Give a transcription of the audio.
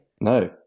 No